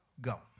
go